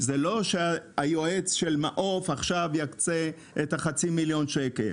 זה לא שהיועץ של מעוף יקצה חצי מיליון שקל.